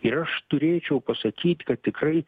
ir aš turėčiau pasakyt kad tikrai